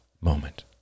moment